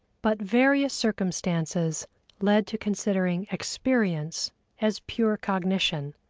but various circumstances led to considering experience as pure cognition,